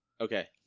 Okay